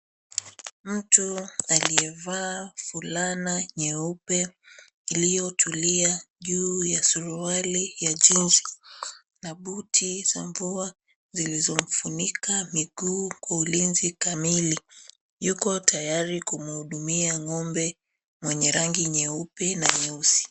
Mtu aliye vaa fulana nyeupe iliyo tulia juu ya suruali ya jeansi na buti za mvua zilizo funika miguu kwa ulinzi kamili. Yuko tayari kumhudumia ngombe mwenye rangi nyeupe na nyeusi.